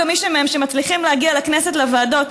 גם מי מהם שמצליחים להגיע לכנסת לוועדות,